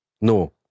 No